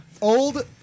old